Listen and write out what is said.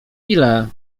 ile